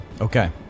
Okay